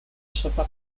sopa